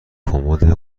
کمد